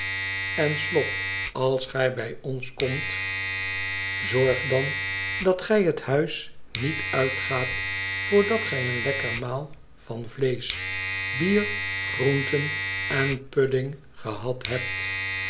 ten slop als gij bij ons komt zorg dan dat gij het huis niet uitgaat voordat gij een lekker maal van vleesch bier groenten en pudding gehad hebt